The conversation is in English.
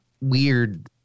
weird